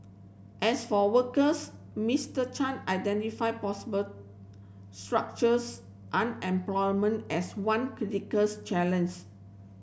as for workers Mister Chan identified possible structures unemployment as one critical